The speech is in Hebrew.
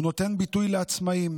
הוא נותן ביטוי לעצמאים,